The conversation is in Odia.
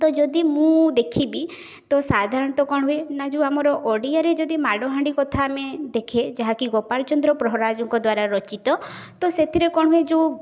ତ ଯଦି ମୁଁ ଦେଖିବି ତ ସାଧାରଣତଃ କ'ଣ ହୁଏ ନା ଯେଉଁ ଆମର ଓଡ଼ିଆରେ ଯଦି ମାଡ଼ହାଣ୍ଡି କଥା ଆମେ ଦେଖେ ଯାହାକି ଗୋପାଳଚନ୍ଦ୍ର ପ୍ରହରାଜଙ୍କ ଦ୍ୱାରା ରଚିତ ତ ସେଥିରେ କ'ଣ ହୁଏ ଯେଉଁ